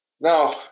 Now